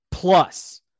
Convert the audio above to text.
Plus